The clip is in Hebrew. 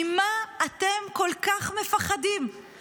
ממה יש כל כך לפחד, ממה אתם כל כך מפחדים?